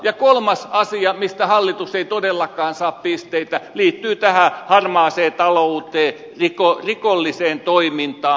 ja kolmas asia mistä hallitus ei todellakaan saa pisteitä liittyy tähän harmaaseen talouteen rikolliseen toimintaan